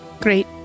Great